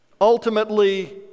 ultimately